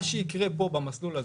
מה שיקרה כאן במסלול הזה,